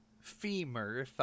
femur